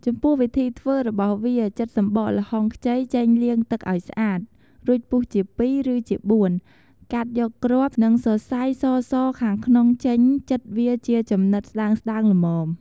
ចំពោះវិធីធ្វើរបស់វា ចិតសម្បកល្ហុងខ្ចីចេញលាងទឹកឲ្យស្អាត រួចពុះជាពីរ ឬជាបួន កាត់យកគ្រាប់ និងសរសៃសៗខាងក្នុងចេញចិតវាជាចំណិតស្ដើងៗល្មម។